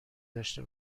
داشته